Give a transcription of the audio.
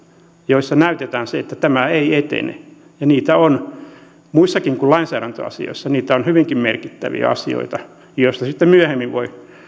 joissa näytetään se että tämä ei etene niitä on muissakin kuin lainsäädäntöasioissa niitä on hyvinkin merkittäviä asioita joista sitten myöhemmin voi